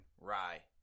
rye